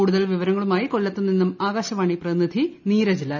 കൂടുതൽ വിവരങ്ങളുമായി കൊല്ലത്തു നിന്നും ആകാശവാണി പ്രതിനിധി നീരജ് ലാൽ